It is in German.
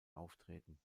auftreten